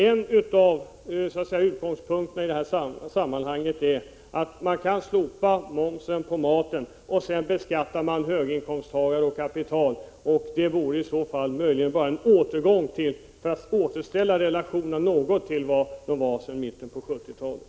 En utgångspunkt för politiken i detta sammanhang borde vara att slopa momsen på maten och i stället höja beskattningen av höginkomsttagare och av kapital för att återställa de relationer som gällde i mitten av 70-talet.